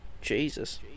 Jesus